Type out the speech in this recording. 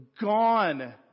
gone